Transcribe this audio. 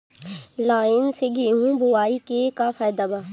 Line से गेहूं बोआई के का फायदा बा?